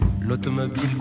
l'automobile